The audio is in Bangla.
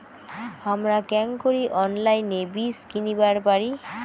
হামরা কেঙকরি অনলাইনে বীজ কিনিবার পারি?